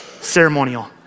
Ceremonial